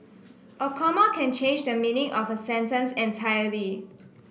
a comma can change the meaning of a sentence entirely